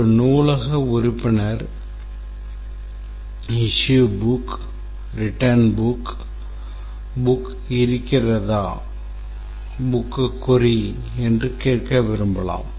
ஒரு நூலக உறுப்பினர் issue book return book book இருக்கிறதா என்று கேட்க விரும்பலாம்